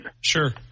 sure